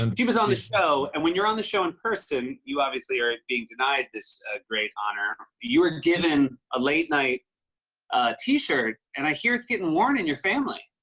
um she was on the show, and when you're on the show in person you obviously are being denied this great honor you are given a late night t-shirt, and i hear it's getting worn in your family.